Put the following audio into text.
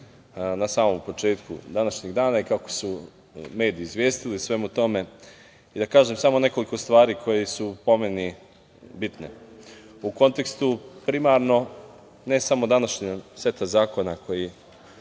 na samom početku današnjeg dana i kako su mediji izvestili o svemu tome i da kažem samo nekoliko stvari koje su, po meni, bitne u kontekstu primarno ne samo današnjeg seta zakona koji